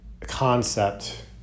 concept